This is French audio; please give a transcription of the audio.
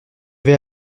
vais